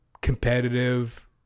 competitive